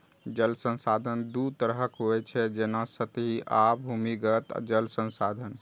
जल संसाधन दू तरहक होइ छै, जेना सतही आ भूमिगत जल संसाधन